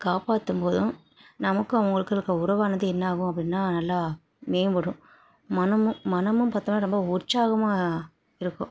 காப்பாற்றும் போதும் நமக்கும் அவங்களுக்கும் இருக்க உறவானது என்னாகும் அப்படினா நல்லா மேம்படும் மனமும் மனமும் பார்த்தோம்னா ரொம்ப உற்சாகமாக இருக்கும்